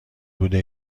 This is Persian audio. بوده